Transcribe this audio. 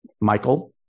Michael